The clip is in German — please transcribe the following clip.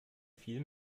viel